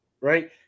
right